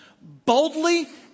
boldly